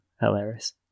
hilarious